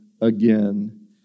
again